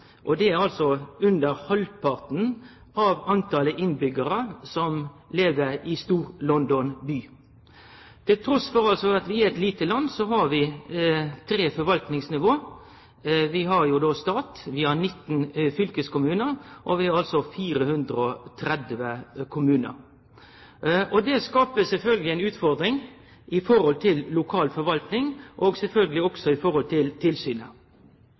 Det er altså under halvparten av talet på innbyggjarar som lever i Stor-London by. Trass i at vi er eit lite land, har vi tre forvaltingsnivå. Vi har staten, 19 fylkeskommunar og 430 kommunar. Det skaper sjølvsagt ei utfordring med omsyn til lokal forvalting og sjølvsagt også med omsyn til tilsynet.